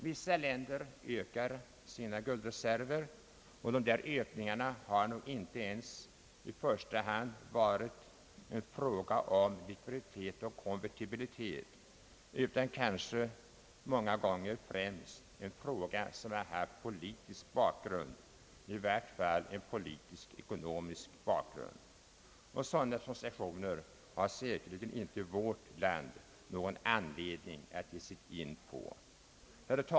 Vissa länders ökning av sin guldreserv har nog inte ens i första hand varit en fråga om likviditet och konvertibilitet utan många gånger kanske främst en fråga med politisk bakgrund, i vart fall politisk-ekonomisk. Sådana transaktioner har säkerligen inte vårt land någon anledning att ge sig in på.